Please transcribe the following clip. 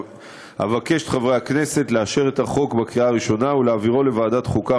אבקש מחברי הכנסת לאשר את החוק בקריאה הראשונה ולהעבירו לוועדת החוקה,